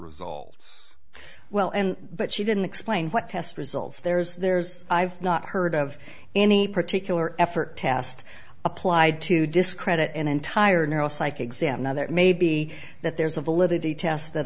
results well and but she didn't explain what test results there's there's i've not heard of any particular effort test applied to discredit an entire neuro psych exam now that may be that there's a validity test that